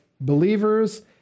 believers